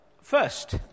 first